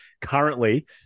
currently